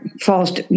false